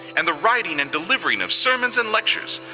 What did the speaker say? and the writing and delivering of sermons and lectures,